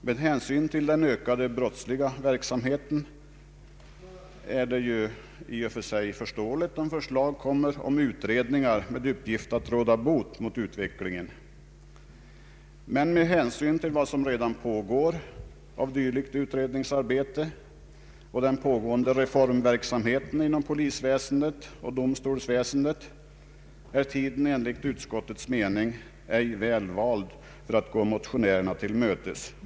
Med hänsyn till den ökande brottsliga verksamheten är det i och för sig förståeligt om förslag läggs fram om utredningar i syfte att stävja den oroande utvecklingen. Men med hänsyn till vad som redan pågår av dylikt utredningsarbete samt den pågående reformverksamheten inom polisväsendet och domstolsväsendet är tiden enligt utskottets mening ej väl vald för att gå motionärerna till mötes.